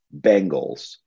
Bengals